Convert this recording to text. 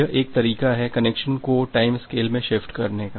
यह एक तरीका है कनेक्शन को टाइम स्केल में शिफ्ट करने का